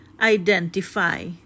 identify